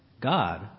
God